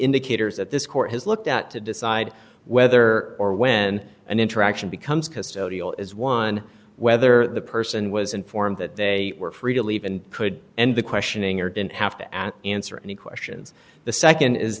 indicators that this court has looked at to decide whether or when an interaction becomes custodial is one whether the person was informed that they were free to leave and could end the questioning or didn't have to at answer any questions the nd is